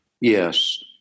Yes